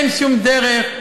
אין שום דרך.